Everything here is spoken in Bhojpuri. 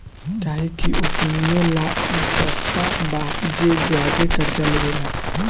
काहे कि ओकनीये ला ई सस्ता बा जे ज्यादे कर्जा लेवेला